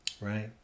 Right